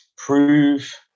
Prove